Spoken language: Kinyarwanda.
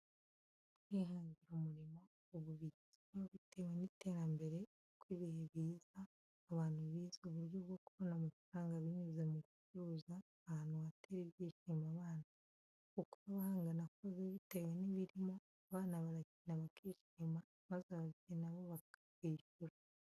Kwihangira umurimo ubu bigezweho bitewe n’iterambere uko ibihe biza, abantu bize uburyo bwo kubona amafaranga binyuze mu gucuruza ahantu hatera ibyishimo abana, uko haba hangana kose bitewe n’ibirimo abana barakina bakishima, maze ababyeyi na bo bakakwishyura.